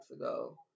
ago